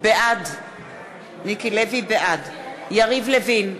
בעד יריב לוין,